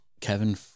Kevin